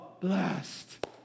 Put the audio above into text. blessed